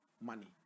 money